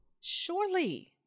surely